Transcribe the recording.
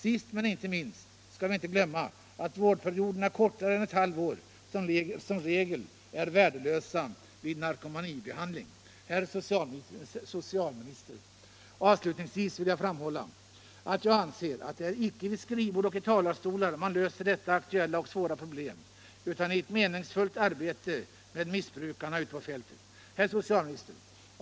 Sist men inte minst, glöm inte att vårdperioder kortare än ett halvår som regel är värdelösa vid narkomanibehandling. Herr socialminister, avslutningsvis vill jag framhålla att jag anser att det icke är vid skrivbord och i talarstolar man löser detta aktuella och svåra problem utan i ett meningsfullt arbete med missbrukarna ute på fältet.